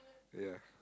yeah